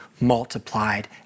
multiplied